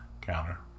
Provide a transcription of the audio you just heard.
counter